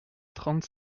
trente